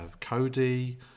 Cody